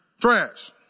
trash